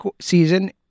season